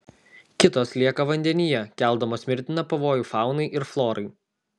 kitos lieka vandenyje keldamos mirtiną pavojų faunai ir florai